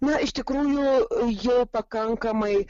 na iš tikrųjų jie pakankamai